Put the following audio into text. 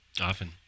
often